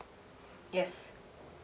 yes